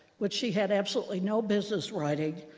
which she had absolutely no business writing.